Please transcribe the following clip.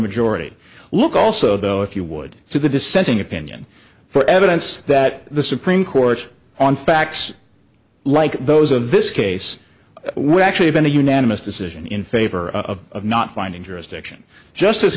majority look also though if you would to the dissenting opinion for evidence that the supreme court's on facts like those of this case we actually been a unanimous decision in favor of not finding jurisdiction justice